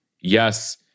Yes